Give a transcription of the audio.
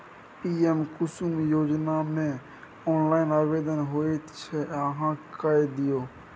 PM Kusum योजनामे online आवेदन होइत छै अहाँ कए दियौ